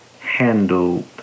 handled